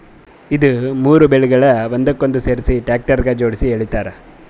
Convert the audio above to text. ಇದು ಮೂರು ಬೇಲ್ಗೊಳ್ ಒಂದಕ್ಕೊಂದು ಸೇರಿಸಿ ಟ್ರ್ಯಾಕ್ಟರ್ಗ ಜೋಡುಸಿ ಎಳಿತಾರ್